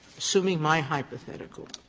assuming my hypothetical,